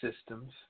systems